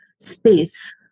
space